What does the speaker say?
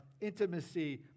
intimacy